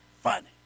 funny